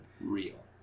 real